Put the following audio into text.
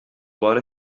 بار